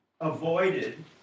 avoided